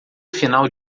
final